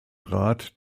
rat